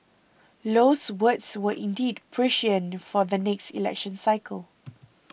low's words were indeed prescient for the next election cycle